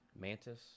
Mantis